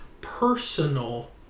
personal